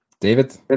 David